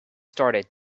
started